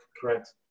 correct